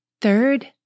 Third